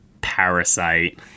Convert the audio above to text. Parasite